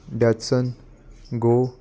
Datsun go